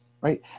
Right